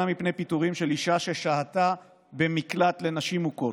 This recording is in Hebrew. מפני פיטורים של אישה ששהתה במקלט לנשים מוכות.